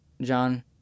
john